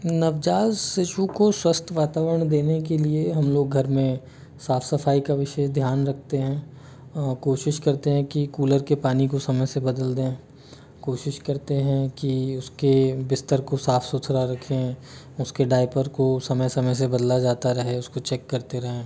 नवजात शिशु को स्वस्थ वातावरण देने के लिए हम लोग घर में साफ़ सफ़ाई का विशेष ध्यान रखते हैं कोशिश करते हैं कि कूलर के पानी को समय से बदल दें कोशिश करते हैं कि उसके बिस्तर को साफ़ सुथरा रखें उसके डायपर को समय समय से बदला जाता रहे उसको चेक करते रहें